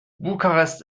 bukarest